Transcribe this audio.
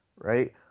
right